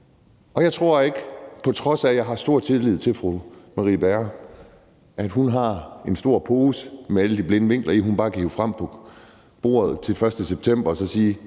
Bjerre, på trods af at jeg har stor tillid til hende, har en stor pose med alle de blinde vinkler i, som hun bare kan hive frem på bordet til den 1. september og så sige: